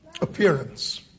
appearance